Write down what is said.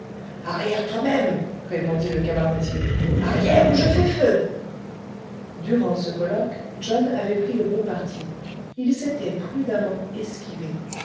arrière toi-même répondit le cabaretier arrière ou je fais feu durant ce colloque john avait pris le bon parti il s'était prudemment esquivé